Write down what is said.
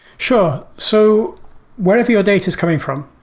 sure. so wherever your data is coming from,